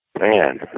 Man